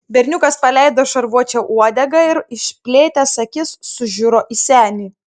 berniukas paleido šarvuočio uodegą ir išplėtęs akis sužiuro į senį